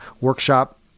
workshop